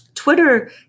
Twitter